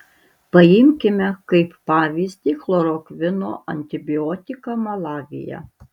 paimkime kaip pavyzdį chlorokvino antibiotiką malavyje